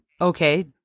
Okay